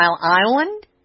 Island